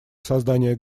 создания